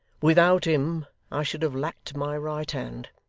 without him, i should have lacked my right hand.